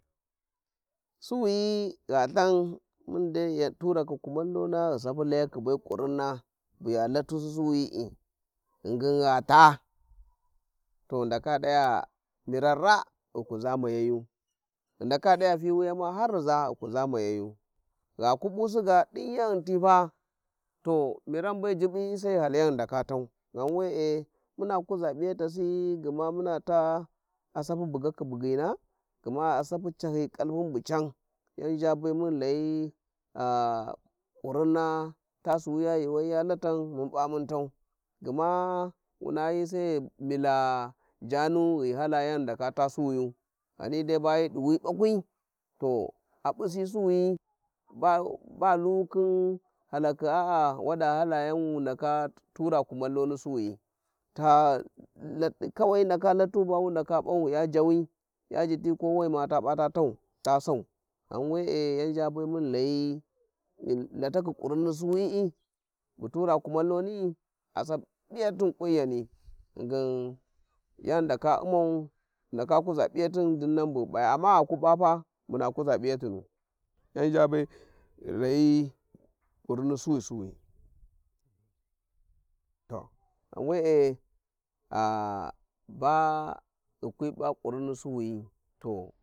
Suwuyi gha lthan mun dai Hurakhi Suwuyi gha than kumallona ghi sapji Layakhi be faunions buya Lotusi Suwigii, ghingin gha ta to ghi ndakas t'aya miran ra`a ghi kuza Maya yu, ghi ndaka taya fiwinja ma har riza ghi kuza ma- yayu, gha kue p`usi ga din yan ghi fa to miran be jubbi sai ghi hal ndaka tau, ghan we`e muna kuzа p iyatasi gma muna ta a sapyi bugakhi bugyingi gma sapyi cahyi kalpun bu can yan zha be mun layi faurinng ta suwiya yuuwai ya Lakan mun p'a mun tau gma wuna hi sai ghi mi la jaranu ghi hala yan ghi ndaka ta suwijų, ghani dai bahi duwi Bakusi to a busi suawiy, ba- ba Luwukhin halakhiata wada hala yan wis ndaka tura kumalloni suwiyi ta- a- Kawai hi ndaka Latu ba wu ndaka p`a- tau jiwi ya jiti kawai ma ta pis tau ta sau ghan we`e yan zha be mun layi Latakhi kurinni, suwiyii bu tura kumallonli a Sapyi piyahin kunyani ghingin jan ghi ndaka u'mau ghi ndaka kyga piyahin dinan bu ghi paya, amma gha ku p'a pa muna kuza piyatınu Jan zha be- ghi layi kurinni Suwi suwiyi, to ghan we`e ba ghi kwi p'a kurinni suwiyi, to.